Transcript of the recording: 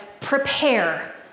prepare